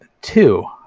Two